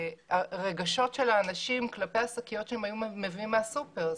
הרגשות של האנשים כלפי השקיות שהם היו מביאים מהסופר,